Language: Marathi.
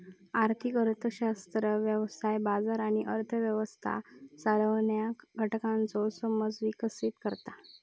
आर्थिक अर्थशास्त्र व्यवसाय, बाजार आणि अर्थ व्यवस्था चालवणाऱ्या घटकांचो समज विकसीत करता